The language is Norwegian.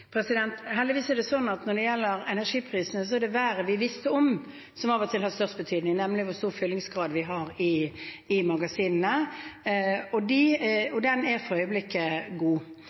Heldigvis er det sånn at når det gjelder energiprisene, er det været vi visste om, som av og til har størst betydning, nemlig hvor stor fyllingsgrad vi har i magasinene, og den er for øyeblikket god.